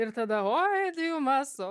ir tada oidiumas oi